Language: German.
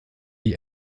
die